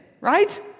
right